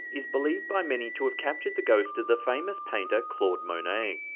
is believed by many to have captured the ghost of the famous painter claude monet.